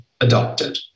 adopted